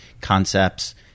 concepts